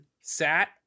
sat